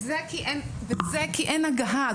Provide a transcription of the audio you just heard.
וזה כי אין הגהה.